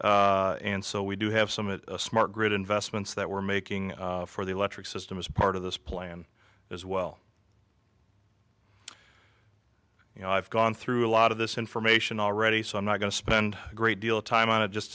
and so we do have some smart grid investments that we're making for the electric system as part of this plan as well you know i've gone through a lot of this information already so i'm not going to spend a great deal of time on it just